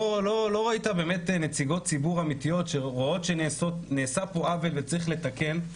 לא ראית באמת נציגות ציבור אמיתיות שרואות שנעשה פה עוול וצריך לתקן,